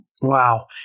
Wow